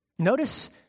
Notice